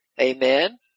amen